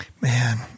Man